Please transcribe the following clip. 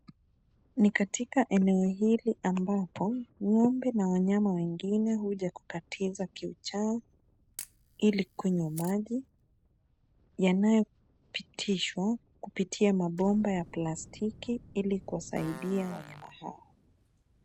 Ni katika eneo hili ambapo ng'ombe na wanyama wengine huja kukatiza kiu chao ili kunywa maji yanaypitishwa kupitia mabomba ya plastiki ili kusaidia wanyama hawa.